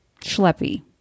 schleppy